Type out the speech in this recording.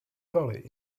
valley